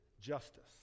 justice